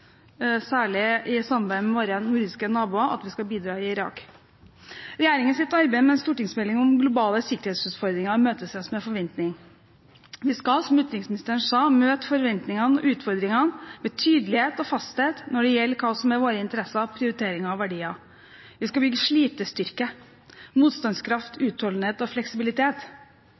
særlig i samarbeid med våre nordiske naboer, og at vi skal bidra i Irak. Regjeringens arbeid med en stortingsmelding om de globale sikkerhetsutfordringene imøteses med forventning. Vi skal, som utenriksministeren sa, møte forventningene og utfordringene med tydelighet og fasthet når det gjelder hva som er våre interesser, prioriteringer og verdier. Vi skal bygge slitestyrke, motstandskraft,